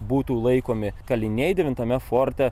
būtų laikomi kaliniai devintame forte